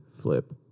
Flip